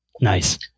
Nice